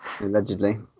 allegedly